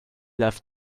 left